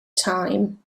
time